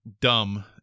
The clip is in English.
dumb